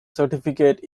certificate